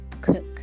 cook